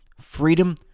freedom